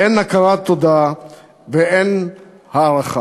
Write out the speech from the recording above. אין הכרת תודה ואין הערכה.